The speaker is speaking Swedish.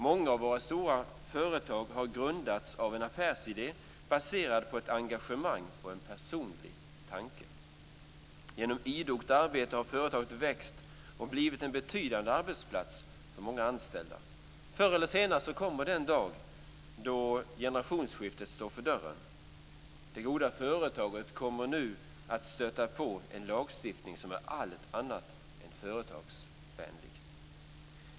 Många av våra stora företag har grundats på en affärsidé baserad på engagemang och personlig tanke. Genom idogt arbete har företaget växt och blivit en betydande arbetsplats med många anställda. Förr eller senare kommer den dag då generationsskiftet står för dörren. Det goda företaget kommer nu att stöta på en lagstiftning som är allt annat än företagsvänlig.